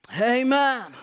Amen